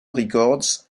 records